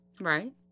Right